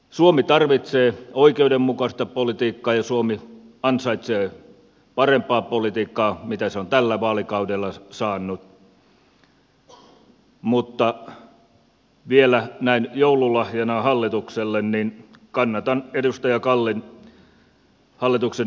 suomi tarvitsee oikeudenmukaista politiikkaa ja suomi ansaitsee parempaa politiikkaa kuin mitä se on tällä vaalikaudella saanut mutta vielä näin joululahjana hallitukselle kannatan edustaja kallin epäluottamusesitystä hallitukselle